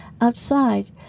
outside